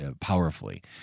powerfully